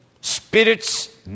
spirit's